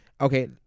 okay